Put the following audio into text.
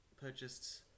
purchased